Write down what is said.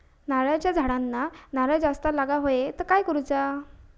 नारळाच्या झाडांना नारळ जास्त लागा व्हाये तर काय करूचा?